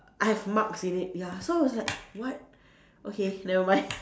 I have marks in it ya so it's like what okay never mind